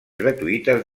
gratuïtes